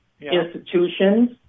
institutions